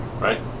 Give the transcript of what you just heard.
right